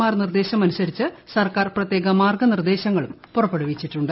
R നിർദ്ദേശമനുസരിച്ച് സർക്കാർ പ്രത്യേക മാർഗനിർദ്ദേങ്ങളും പുറപ്പെടുവിച്ചിട്ടുണ്ട്